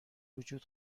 وجود